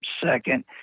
second